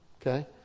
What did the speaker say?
okay